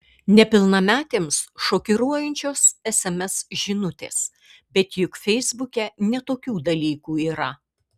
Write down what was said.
nepilnametėms šokiruojančios sms žinutės bet juk feisbuke ne tokių dalykų yra